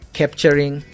capturing